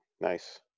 Nice